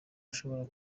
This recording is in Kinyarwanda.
ashobora